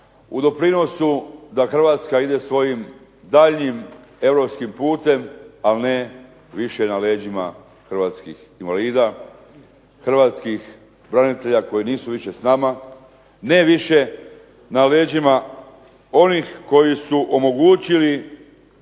u doprinosu da Hrvatska ide svojim daljnjim europskim putem, ali ne više na leđima hrvatskih invalida, hrvatskih branitelja koji nisu više s nama, ne više na leđima onih koji su omogućili